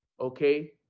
okay